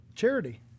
charity